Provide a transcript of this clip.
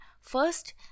first